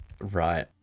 Right